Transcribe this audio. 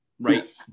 Right